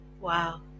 Wow